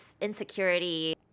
insecurity